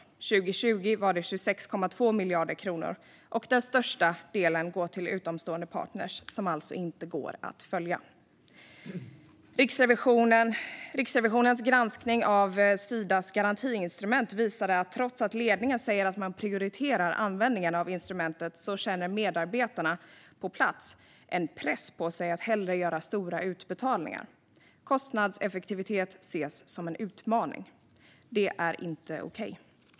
År 2020 var det 26,2 miljarder kronor, och den största delen går till utomstående partner som alltså inte går att följa. Riksrevisionens granskning av Sidas garantiinstrument visade att trots att ledningen säger att man prioriterar användningen av instrumentet känner medarbetarna på plats en press på sig att hellre göra stora utbetalningar. Kostnadseffektivitet ses som en utmaning. Det är inte okej.